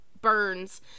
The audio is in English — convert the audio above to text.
burns